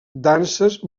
danses